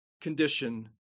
condition